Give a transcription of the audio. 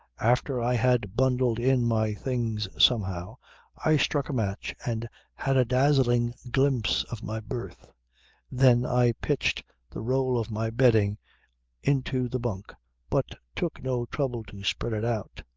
after i had bundled in my things somehow i struck a match and had a dazzling glimpse of my berth then i pitched the roll of my bedding into the bunk but took no trouble to spread it out.